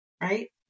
right